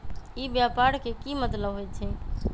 ई व्यापार के की मतलब होई छई?